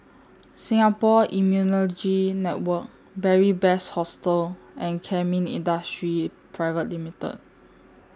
Singapore Immunology Network Beary Best Hostel and Kemin Industries Private Limited